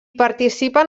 participen